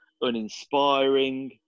uninspiring